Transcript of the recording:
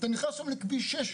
אתה נכנס היום לכביש שש,